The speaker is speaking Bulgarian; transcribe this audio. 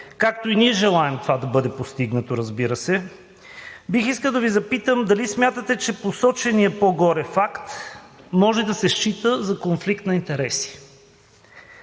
както и ние желаем това да бъде постигнато, разбира се, бих искал да Ви запитам: дали смятате, че посоченият по-горе факт може да се счита за конфликт на интереси?